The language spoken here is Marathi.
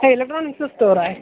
हां इलेक्ट्रॉनिक्सचं स्टोअर आहे